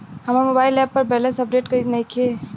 हमार mobile app पर balance update नइखे